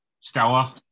Stella